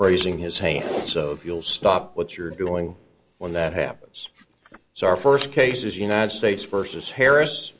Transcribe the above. raising his hand so you'll stop what you're doing when that happens so our first case is united states versus harris